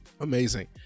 Amazing